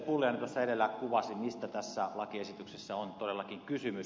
pulliainen edellä kuvasi mistä tässä lakiesityksessä on todellakin kysymys